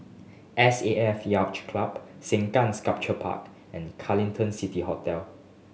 S A F Yacht Club Sengkang Sculpture Park and Carlton City Hotel